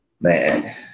man